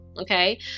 Okay